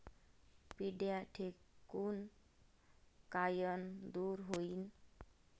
पिढ्या ढेकूण कायनं दूर होईन?